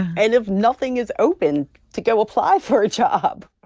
and if nothing is open to go apply for a job?